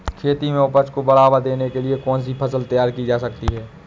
खेती में उपज को बढ़ावा देने के लिए कौन सी फसल तैयार की जा सकती है?